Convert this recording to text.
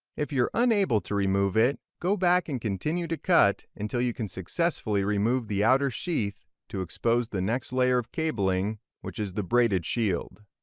if you are unable to remove it, go back and continue to cut until you can successfully remove the outer sheath to expose the next layer of cabling which is the braided shield.